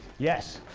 yes.